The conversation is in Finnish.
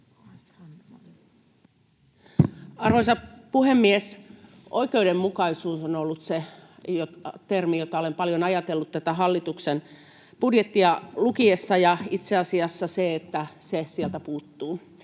Arvoisa puhemies! Oikeudenmukaisuus on ollut se termi, jota olen paljon ajatellut tätä hallituksen budjettia lukiessa, ja itse asiassa se sieltä puuttuu.